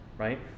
Right